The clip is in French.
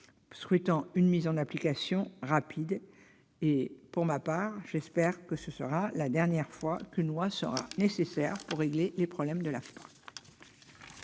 souhaitant sa mise en oeuvre rapide. Pour ma part, j'espère que ce sera la dernière fois qu'une loi sera nécessaire pour régler les problèmes de l'AFPA.